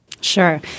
Sure